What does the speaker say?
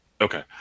Okay